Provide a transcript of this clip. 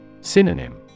Synonym